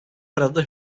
arada